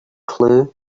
clue